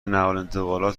نقلوانتقالات